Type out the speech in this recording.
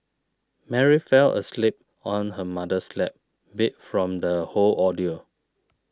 Mary fell asleep on her mother's lap beat from the whole ordeal